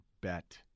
bet –